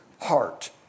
heart